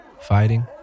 fighting